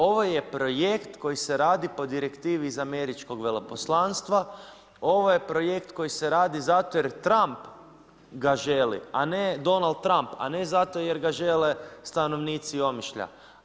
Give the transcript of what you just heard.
Ovo je projekt koja se radi po direktivi iz američkog veleposlanstva, ovo je projekt koji se radi zato jer Trump ga želi, a ne Donald Trump, a ne zato jer ga žele stanovnici Omišlja.